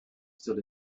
still